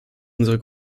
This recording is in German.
unsere